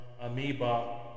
Amoeba